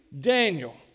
Daniel